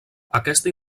aquesta